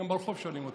גם ברחוב שואלים אותי: